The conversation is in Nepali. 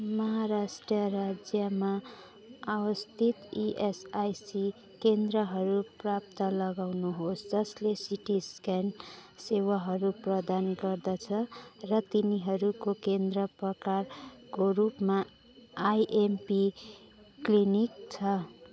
महाराष्ट्र राज्यमा अवस्थित इएसआइसी केन्द्रहरू प्राप्त लगाउनुहोस् जसले सिटी स्क्यान सेवाहरू प्रदान गर्दछ र तिनीहरूको केन्द्र प्रकारको रूपमा आइएमपी क्लिनिक छ